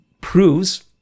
proves